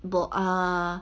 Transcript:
bo ah